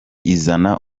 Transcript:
izana